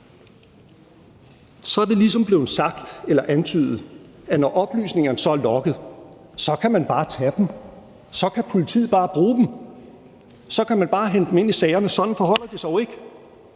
Så er det ligesom blevet sagt eller antydet, at når oplysningerne så er logget, kan man bare tage dem, så kan politiet bare bruge dem, og så kan man bare hente dem ind i sagerne, men sådan forholder det sig jo ikke.